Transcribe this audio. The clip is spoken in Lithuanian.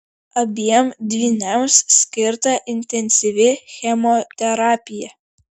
abiem dvyniams skirta intensyvi chemoterapija